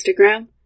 Instagram